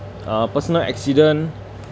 uh personal accident